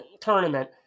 tournament